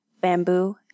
bamboo